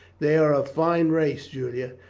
they are a fine race, julia,